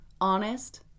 honest